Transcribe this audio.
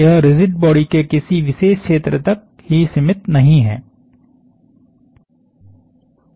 यह rigid body के किसी विशेष क्षेत्र तक ही सीमित नहीं है